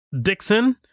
Dixon